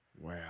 Wow